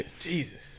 Jesus